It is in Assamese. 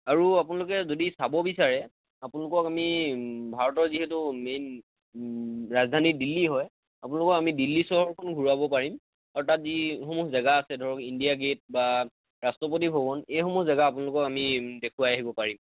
আৰু আপোনালোকে যদি চাব বিচাৰে আপোনালোকক আমি ভাৰতৰ যিহেতু মেইন ৰাজধানী দিল্লী হয় আপোনালোকক আমি দিল্লী চহৰখন ঘূৰাব পাৰিম আৰু তাত যিসমূহ জেগা আছে ধৰক ইণ্ডিয়া গেট বা ৰাষ্ট্ৰপতি ভৱন এইসমূহ জেগা আপোনালোকক আমি দেখুৱাই আহিব পাৰিম